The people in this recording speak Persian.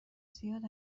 زیاد